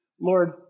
Lord